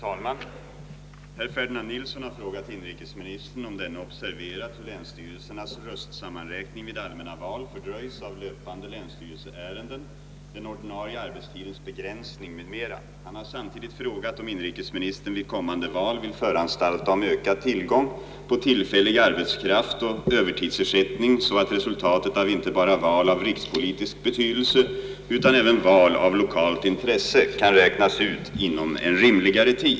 Herr talman! Herr Ferdinand Nilsson har frågat inrikesministern, om denne observerat hur länsstyrelsernas röstsammanräkning vid allmänna val fördröjs av löpande länsstyrelseärenden, den ordinarie arbetstidens begränsning m. m,. Han har samtidigt frågat, om inrikesministern vid kommande val vill föranstalta om ökad tillgång på tillfällig arbetskraft och övertidsersättning så att resultatet av inte bara val av rikspolitisk betydelse utan även val av lokalt intresse kan räknas ut inom en rimligare tid.